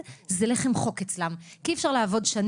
אין לכם תכניות עבודה?